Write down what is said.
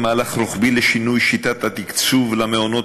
מהלך רוחבי לשינוי שיטת תקצוב המעונות,